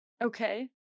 Okay